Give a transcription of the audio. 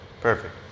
Perfect